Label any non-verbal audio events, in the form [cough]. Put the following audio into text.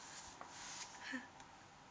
[laughs]